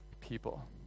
people